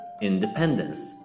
Independence –